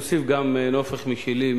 אני אוסיף גם נופך משלי.